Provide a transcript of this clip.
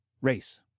race